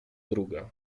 druga